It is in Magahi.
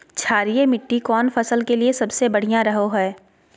क्षारीय मिट्टी कौन फसल के लिए सबसे बढ़िया रहो हय?